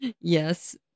Yes